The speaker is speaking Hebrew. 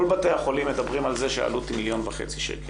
כל בתי החולים מדברים על זה שהעלות היא מיליון וחצי שקל.